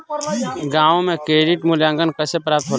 गांवों में क्रेडिट मूल्यांकन कैसे प्राप्त होला?